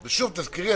תזכרי,